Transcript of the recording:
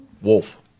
wolf